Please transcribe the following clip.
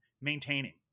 maintaining